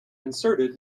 inserted